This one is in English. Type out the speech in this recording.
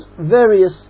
various